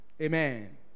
Amen